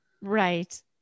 right